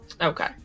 Okay